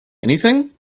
anything